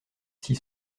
six